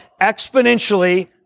exponentially